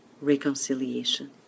reconciliation